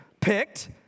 picked